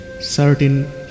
certain